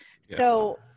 So-